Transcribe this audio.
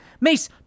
Mace